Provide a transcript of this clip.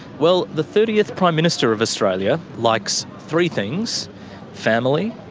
well the thirtieth prime minister of australia likes three things family,